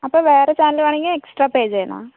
അപ്പം വേറെ ചാനല് വേണമെങ്കിൽ എക്സ്ട്രാ പേ ചെയ്യണോ